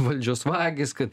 valdžios vagys kad